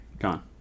Gone